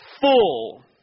full